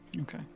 Okay